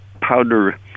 powder